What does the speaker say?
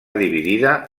dividida